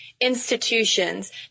institutions